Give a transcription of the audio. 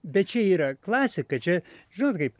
bet čia yra klasika čia žinot kaip